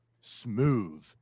smooth